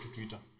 Twitter